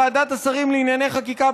ועדת השרים לענייני חקיקה,